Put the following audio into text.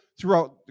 throughout